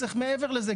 צריך מעבר לזה,